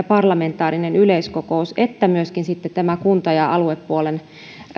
parlamentaarinen yleiskokous ja myöskin tämä kunta ja aluepuolen